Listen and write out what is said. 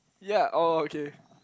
ya oh okay